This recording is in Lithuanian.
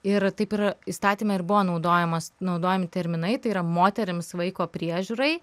ir taip ir įstatyme ir buvo naudojamos naudojami terminai tai yra moterims vaiko priežiūrai